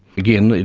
again,